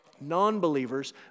non-believers